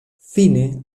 fine